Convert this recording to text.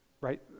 right